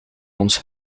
ons